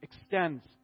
extends